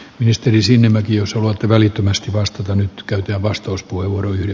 ministeri sinnemäki jos haluatte välittömästi vasta nyt käyty vastauspuheenvuoroja